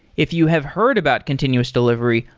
if you have heard about continuous delivery,